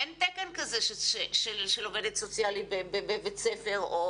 אין תקן כזה של עובדת סוציאלית בבית ספר או